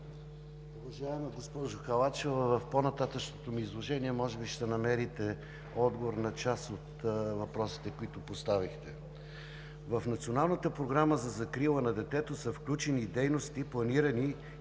В Националната програма за закрила на детето са включени и дейности, планирани и